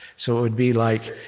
so it would be like,